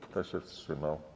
Kto się wstrzymał?